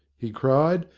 he cried,